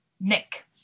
Nick